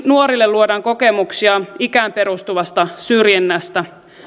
nuorille luodaan kokemuksia ikään perustavasta syrjinnästä